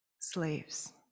Slaves